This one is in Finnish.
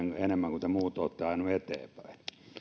enemmän kuin te muut olette ajaneet eteenpäin